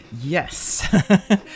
Yes